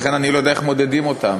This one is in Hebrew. לכן אני לא יודע איך מודדים אותם,